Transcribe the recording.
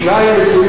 שניים מצויים